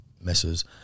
messes